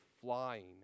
flying